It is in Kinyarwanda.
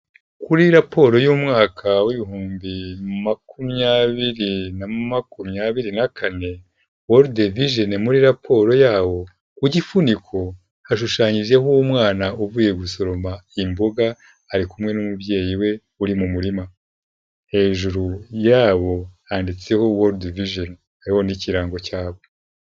Kuri raporo y'umwaka w'ibihumbi makumyabiri na makumyabiri na kane wolrd vision muri raporo yawo kugifuniko hashushanyijeho umwana uvuye gusoroma imboga ari kumwe n'umubyeyi we uri mu murima, hejuru yabo handitseho world vision hariho n'ikirango cyabo.